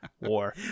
War